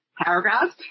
paragraphs